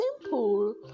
simple